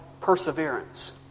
perseverance